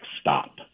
stop